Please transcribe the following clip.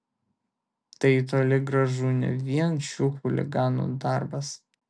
tai toli gražu ne vien šių chuliganų darbas